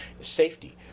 Safety